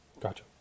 Gotcha